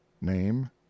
name